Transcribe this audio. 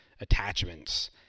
attachments